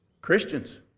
Christians